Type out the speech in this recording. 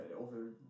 over